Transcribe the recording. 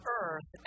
earth